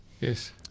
Yes